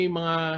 mga